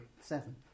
seven